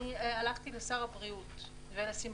הלכתי לשר הבריאות, ולשמחתי,